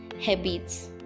habits